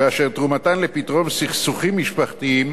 ואשר תרומתן לפתרון סכסוכים משפחתיים